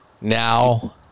Now